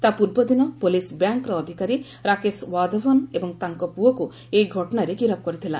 ତା' ପୂର୍ବଦିନ ପୁଲିସ୍ ବ୍ୟାଙ୍କର ଅଧିକାରୀ ରାକେଶ ୱାଧବନ୍ ଏବଂ ତାଙ୍କ ପ୍ରଅକ୍ତ ଏହି ଘଟଣାରେ ଗିରଫ କରିଥିଲା